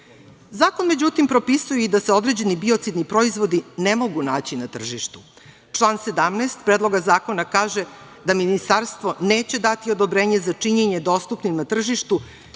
zakon propisuje i da se određeni biocidni proizvodi ne mogu naći na tržištu. Član 17. Predloga zakona kaže da Ministarstvo neće dati odobrenje za činjenjem dostupnim na tržištu